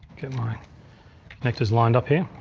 get my connectors lined up here.